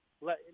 Let